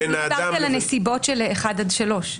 לא, נסיבות של (1) עד (3).